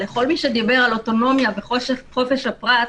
כל מי שדיבר על אוטונומיה וחופש הפרט,